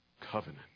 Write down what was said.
covenant